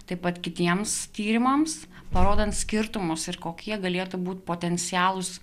taip pat kitiems tyrimams parodant skirtumus ir kokie galėtų būti potencialūs